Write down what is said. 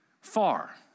far